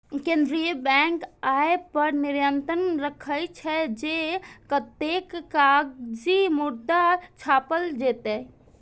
केंद्रीय बैंक अय पर नियंत्रण राखै छै, जे कतेक कागजी मुद्रा छापल जेतै